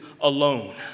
alone